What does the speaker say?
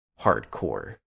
hardcore